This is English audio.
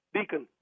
Deacon